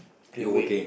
still awake